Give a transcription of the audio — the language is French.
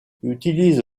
utilise